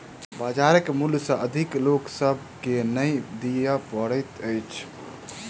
बजारक मूल्य सॅ अधिक लोक सभ के नै दिअ पड़ैत अछि